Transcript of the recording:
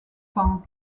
fan